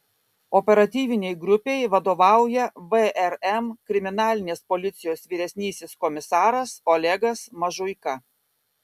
operatyvinei grupei vadovauja vrm kriminalinės policijos vyresnysis komisaras olegas mažuika